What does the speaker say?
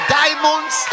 diamonds